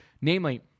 namely